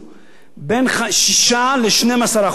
בין 6% ל-12% מקסימום.